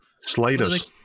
Sliders